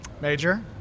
Major